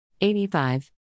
85